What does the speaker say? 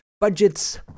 budgets